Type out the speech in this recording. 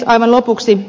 aivan lopuksi